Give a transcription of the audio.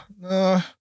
No